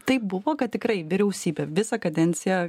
taip buvo kad tikrai vyriausybė visą kadenciją